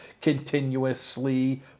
continuously